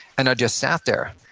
and i just sat there.